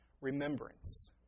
remembrance